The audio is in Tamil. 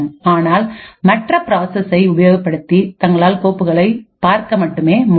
ஆனால் மற்ற பிராசஸ்ஐ உபயோகப்படுத்தி தங்களால் கோப்புகளை பார்க்க மட்டுமே முடியும்